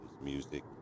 music